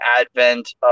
advent